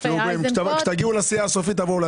מה שאני מבין ממך,